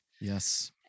Yes